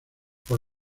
por